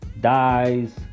dies